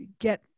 get